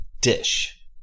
dish